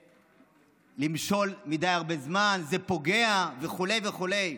שלמשול הרבה מדי זמן זה פוגע וכו' וכו'.